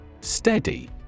Steady